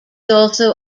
also